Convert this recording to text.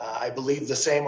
i believe the same